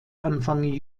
anfang